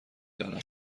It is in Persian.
دانم